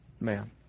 man